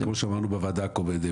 כמו שאמרנו בוועדה הקודמת,